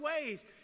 ways